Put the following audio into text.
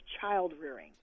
child-rearing